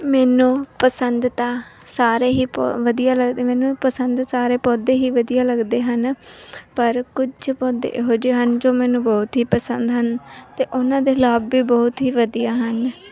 ਮੈਨੂੰ ਪਸੰਦ ਤਾਂ ਸਾਰੇ ਹੀ ਪ ਵਧੀਆ ਲੱਗਦੇ ਮੈਨੂੰ ਪਸੰਦ ਸਾਰੇ ਪੌਦੇ ਹੀ ਵਧੀਆ ਲੱਗਦੇ ਹਨ ਪਰ ਕੁਝ ਪੌਦੇ ਇਹੋ ਜਿਹੇ ਹਨ ਜੋ ਮੈਨੂੰ ਬਹੁਤ ਹੀ ਪਸੰਦ ਹਨ ਅਤੇ ਉਹਨਾਂ ਦੇ ਲਾਭ ਵੀ ਬਹੁਤ ਹੀ ਵਧੀਆ ਹਨ